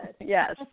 Yes